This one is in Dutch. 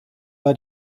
bij